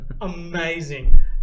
amazing